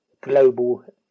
global